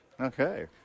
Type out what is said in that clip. Okay